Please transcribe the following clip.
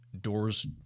doors